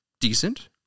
decent